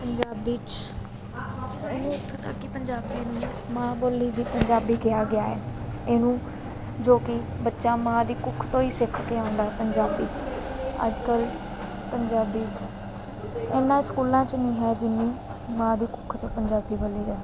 ਪੰਜਾਬੀ 'ਚ ਇਹਨੂੰ ਇੱਥੋਂ ਤੱਕ ਕਿ ਪੰਜਾਬੀ ਨੂੰ ਮਾਂ ਬੋਲੀ ਦੀ ਪੰਜਾਬੀ ਕਿਹਾ ਗਿਆ ਹੈ ਇਹਨੂੰ ਜੋ ਕਿ ਬੱਚਾ ਮਾਂ ਦੀ ਕੁੱਖ ਤੋਂ ਹੀ ਸਿੱਖ ਕੇ ਆਉਂਦਾ ਪੰਜਾਬੀ ਅੱਜ ਕੱਲ੍ਹ ਪੰਜਾਬੀ ਇੰਨੀ ਸਕੂਲਾਂ 'ਚ ਨਹੀਂ ਹੈ ਜਿੰਨੀ ਮਾਂ ਦੀ ਕੁੱਖ 'ਚੋਂ ਪੰਜਾਬੀ ਬੋਲੀ ਜਾਂਦੀ